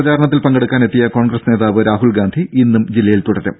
പ്രചാരണത്തിൽ പങ്കെടുക്കാൻ എത്തിയ കോൺഗ്രസ് നേതാവ് രാഹുൽഗാന്ധി ഇന്നും ജില്ലയിൽ തുടരും